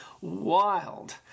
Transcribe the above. wild